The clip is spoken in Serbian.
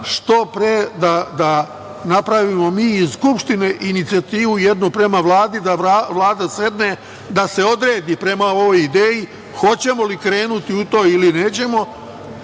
što pre da napravimo mi iz Skupštine inicijativu jednu prema Vladi, da Vlada sedne, da se odredi prema ovoj ideji hoćemo li krenuti u to ili nećemo,